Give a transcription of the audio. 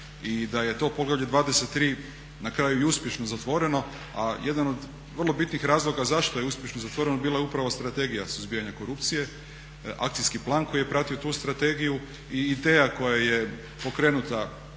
i da je to poglavlje XXIII. na kraju i uspješno zatvoreno, a jedan od vrlo bitnih razloga zašto je uspješno zatvoreno bila je upravo Strategija suzbijanja korupcije, akcijski plan koji je pratio tu strategiju i ideja koja je pokrenuta